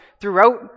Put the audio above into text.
throughout